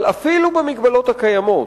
אבל אפילו במגבלות הקיימות,